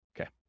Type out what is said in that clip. okay